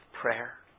prayer